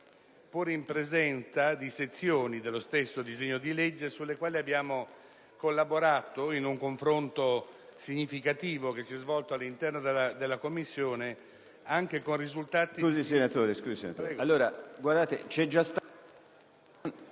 pur in presenza di sezioni dello stesso provvedimento sulle quali abbiamo collaborato, in un confronto significativo che si è svolto all'interno della Commissione anche con risultati...